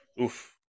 Oof